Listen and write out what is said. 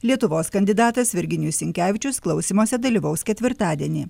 lietuvos kandidatas virginijus sinkevičius klausymuose dalyvaus ketvirtadienį